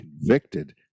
convicted